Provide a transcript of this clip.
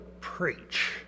preach